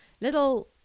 little